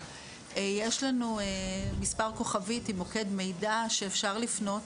יש לנו מספר כוכבית עם מוקד מידע שאפשר לפנות,